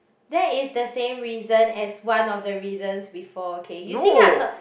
that is the same reason as one of the reasons before okay you think I'm not